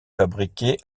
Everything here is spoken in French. fabriqué